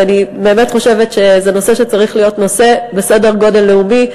ואני באמת חושבת שזה נושא שצריך להיות בסדר-גודל לאומי,